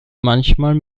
manchmal